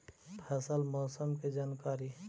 फसल मौसम के जानकारी?